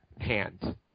hand